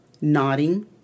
nodding